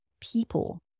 people